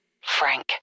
Frank